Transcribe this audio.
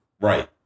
Right